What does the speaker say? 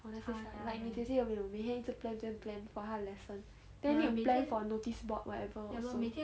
for 那些小孩 like 你姐姐有没有每天一直 plan plan plan for 她的 lesson then 她会 plan for notice board whatever also